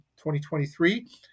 2023